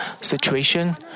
situation